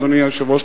אדוני היושב-ראש,